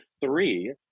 three